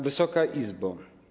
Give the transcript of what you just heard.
Wysoka Izbo!